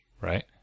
right